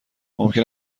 ممکن